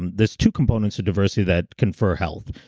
and there's two components to diversity that confer health.